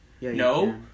No